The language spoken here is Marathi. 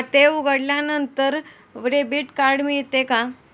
खाते उघडल्यानंतर डेबिट कार्ड मिळते का?